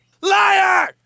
Liar